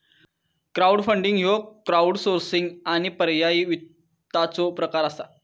crowdfunding ह्यो crowdsourcing आणि पर्यायी वित्ताचो प्रकार असा